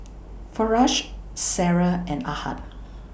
Firash Sarah and Ahad